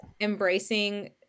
embracing